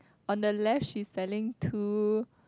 on the left she's selling two